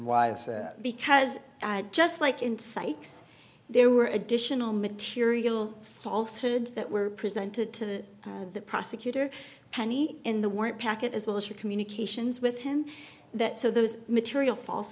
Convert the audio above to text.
why because just like insights there were additional material falshood that were presented to the prosecutor penny in the weren't packet as well as for communications with him that so those material false